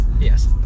Yes